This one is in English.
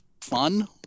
fun